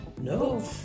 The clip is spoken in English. No